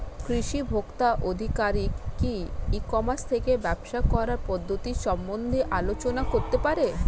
কৃষি ভোক্তা আধিকারিক কি ই কর্মাস থেকে ব্যবসা করার পদ্ধতি সম্বন্ধে আলোচনা করতে পারে?